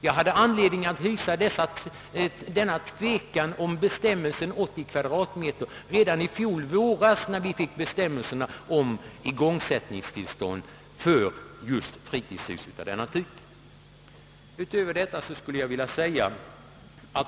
Jag hade anledning att hysa tvekan inför gränsen 80 kvadratmeter redan i fjol våras, när vi fick bestämmelserna om igångsättningstillstånd för fritidshus av denna typ.